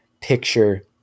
picture